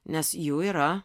nes jų yra